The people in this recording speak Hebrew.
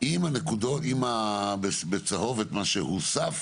עם מה שהוסף